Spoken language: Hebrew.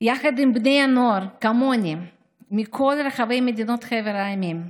יחד עם בני נוער כמוני מכל רחבי חבר המדינות.